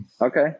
Okay